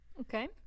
Okay